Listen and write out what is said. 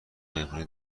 مهمونی